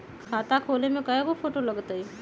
खाता खोले में कइगो फ़ोटो लगतै?